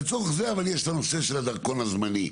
אבל לצורך זה יש את הדרכון הזמני,